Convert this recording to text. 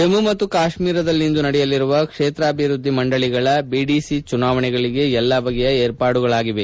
ಜಮ್ಮು ಮತ್ತು ಕಾಶ್ಮೀರಲ್ಲಿ ಇಂದು ನಡೆಯಲಿರುವ ಕ್ಷೇತ್ರಾಭಿವೃದ್ದಿ ಮಂಡಳಿಗಳ ಬಿಡಿಸಿ ಚುನಾವಣೆಗಳಿಗೆ ಎಲ್ಲ ಬಗೆಯ ಏರ್ಪಾಡುಗಳಾಗಿವೆ